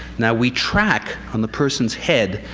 now, we track, on the person's head,